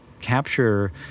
capture